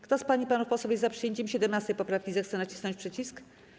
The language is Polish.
Kto z pań i panów posłów jest za przyjęciem 17. poprawki, zechce nacisnąć przycisk.